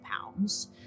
pounds